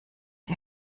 die